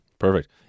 Perfect